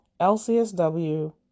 LCSW